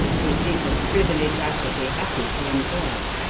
it is a privilege i shall be happy to enjoy.